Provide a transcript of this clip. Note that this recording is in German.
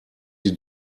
die